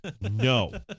No